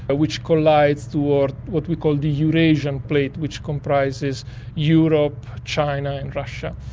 ah which collides towards what we call the eurasian plate which comprises europe, china and russia.